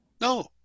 No